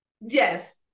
Yes